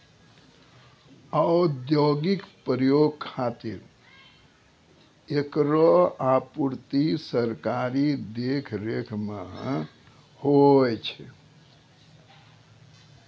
औद्योगिक प्रयोग खातिर एकरो आपूर्ति सरकारी देखरेख म होय छै